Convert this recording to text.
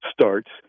starts